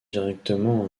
directement